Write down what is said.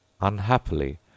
Unhappily